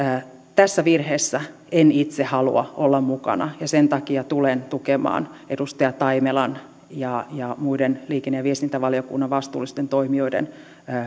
tässä virheessä en itse halua olla mukana ja sen takia tulen tukemaan edustaja taimelan ja ja muiden liikenne ja viestintävaliokunnan vastuullisten toimijoiden